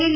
L